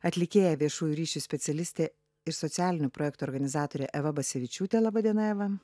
atlikėja viešųjų ryšių specialistė ir socialinių projektų organizatorė eva basevičiūtė laba diena eva